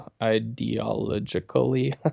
Ideologically